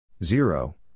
zero